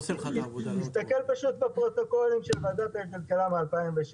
תסתכל בפרוטוקולים של ועדת הכלכלה מ-2016.